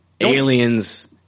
Aliens